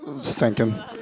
Stinking